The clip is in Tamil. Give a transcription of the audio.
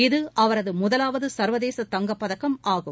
இது அவரது முதலாவது சர்வதேச தங்கப் பதக்கம் ஆகும்